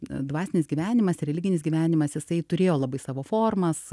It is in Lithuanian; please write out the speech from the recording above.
dvasinis gyvenimas ir religinis gyvenimas jisai turėjo labai savo formas